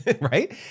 right